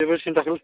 जेबो सिन्था दाखालाम